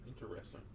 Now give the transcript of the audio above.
Interesting